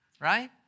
right